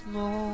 no